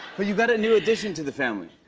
but you got a new addition to the family.